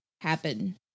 happen